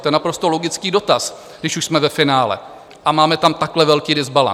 To je naprosto logický dotaz, když už jsme ve finále a máme tam takhle velký dysbalanc.